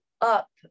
up